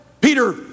Peter